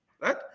right